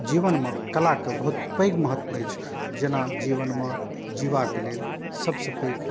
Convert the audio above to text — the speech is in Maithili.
जीवनमे कलाके बहुत पैघ महत्व अछि जेना जीवनमे जिबाके लेल सबसँ पैघ